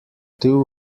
two